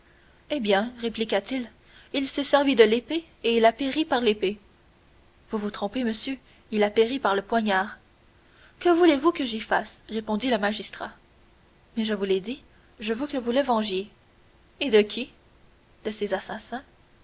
eh bien répliqua-t-il il s'est servi et il a péri par l'épée vous vous trompez monsieur il a péri par le poignard que voulez-vous que j'y fasse répondit le magistrat mais je vous l'ai dit je veux que vous le vengiez et de qui de ses assassins